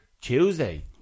Tuesday